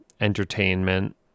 entertainment